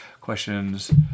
Questions